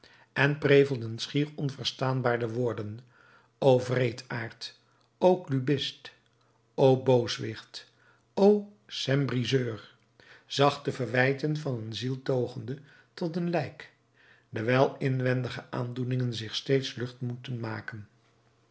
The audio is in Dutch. en prevelden schier onverstaanbaar de woorden o wreedaard o clubist o booswicht o septembriseur zachte verwijten van een zieltogende tot een lijk dewijl inwendige aandoeningen zich steeds lucht moeten maken